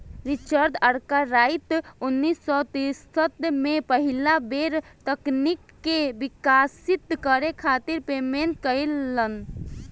Richard Arkwright उन्नीस सौ तिरसठ में पहिला बेर तकनीक के विकसित करे खातिर पेटेंट करइलन